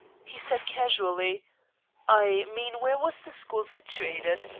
he said casually i mean where was the school situated?